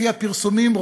לפי הפרסומים,